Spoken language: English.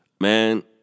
man